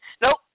Nope